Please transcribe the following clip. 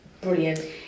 Brilliant